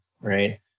Right